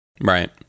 Right